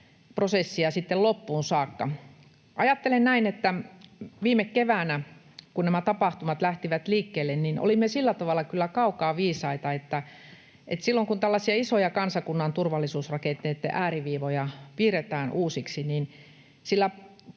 prosessia sitten loppuun saakka. Ajattelen näin, että viime keväänä, kun nämä tapahtumat lähtivät liikkeelle, olimme sillä tavalla kyllä kaukaa viisaita, että silloin kun tällaisia isoja kansakunnan turvallisuusrakenteitten ääriviivoja piirretään uusiksi, niin sillä laajalla